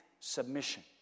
Submission